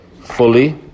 fully